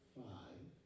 five